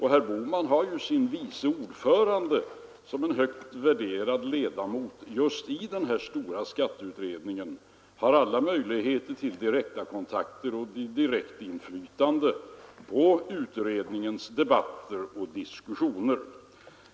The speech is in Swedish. Herr Bohman har ju sin vice ordförande som en högt värderad ledamot i den här stora skatteutredningen, så han har alla möjligheter till direkta kontakter och direktinflytande på utredningens debatter.